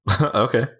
Okay